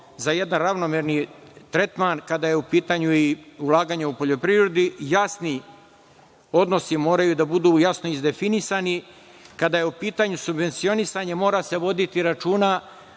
za jedan ravnomerniji tretman kada je u pitanju i ulaganje u poljoprivredu. Odnosi moraju da budu jasno izdefinisani. Kada je u pitanju subvencionisanje, mora se voditi računa